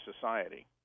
society